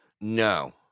No